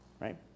right